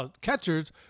catchers